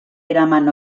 eraman